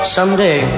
Someday